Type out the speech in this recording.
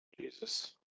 Jesus